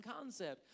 concept